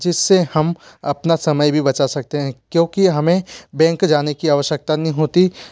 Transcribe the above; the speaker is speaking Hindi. जिससे हम अपना समय भी बचा सकते हैं क्योंकि हमें बैंक जाने की आवश्यकता नहीं होती